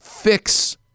fix